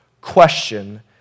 question